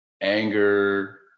anger